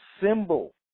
symbol